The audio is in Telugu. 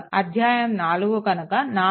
అధ్యాయం 4 కనుక 4